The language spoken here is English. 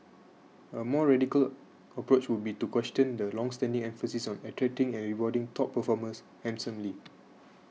a more radical approach would be to question the longstanding emphasis on attracting and rewarding top performers handsomely